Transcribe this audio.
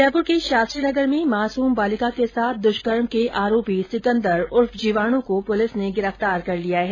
जयपुर के शास्त्रीनगर में मासुम बालिका के साथ दुष्कर्म के आरोपी सिकन्दर उर्फ जीवाणु को पुलिस ने गिरफ्तार कर लिया है